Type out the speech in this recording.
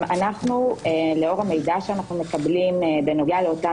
לאור המידע שאנחנו מקבלים בנוגע לאותם